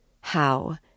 How